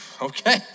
Okay